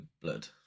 blood